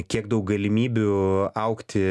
kiek daug galimybių augti